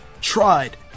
Tried